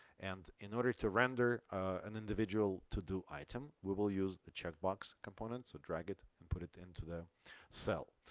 and in order to render an individual to-do item, we will use the check box component. so drag it and put it into the cell.